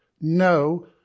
No